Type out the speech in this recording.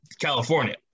California